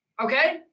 okay